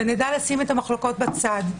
ונדע לשים את המחלוקות בצד.